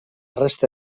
resta